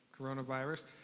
coronavirus